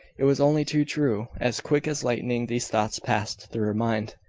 it was only too true. as quick as lightning these thoughts passed through her mind,